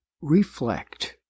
reflect